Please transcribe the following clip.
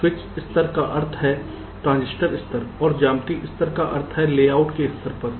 switch स्तर का अर्थ है ट्रांजिस्टर स्तर और ज्यामितीय स्तर का अर्थ लेआउट के स्तर पर है